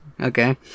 Okay